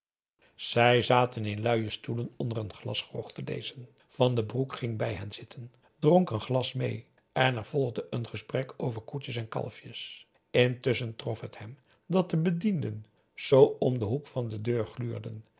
zij zaten in luie stoelen onder een glas grog te lezen van den broek ging bij hen zitten dronk een glas meê en er volgde een gesprek over koetjes en kalfjes intusschen trof het hem dat de bedienden zoo om den hoek van de deur gluurden